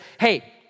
hey